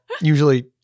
usually